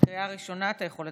קריאה ראשונה, אתה יכול לדבר.